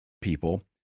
people